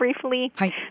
briefly